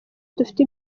dufite